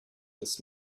this